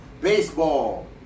Baseball